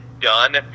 done